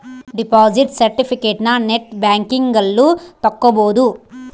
deposit ಸೆರ್ಟಿಫಿಕೇಟನ net banking ಅಲ್ಲು ತಕ್ಕೊಬೊದು